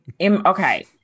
Okay